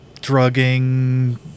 drugging